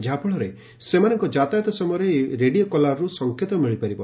ଯାହାଫଳରେ ସେମାନଙ୍କ ଯାତାୟତ ସମୟରେ ଏହି ରେଡିଓ କଲାରରୁ ସଂକେତ ମିଳିପାରିବ